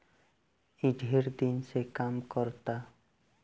ई ढेर दिन से काम करता